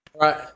Right